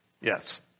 Yes